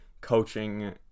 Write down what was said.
coaching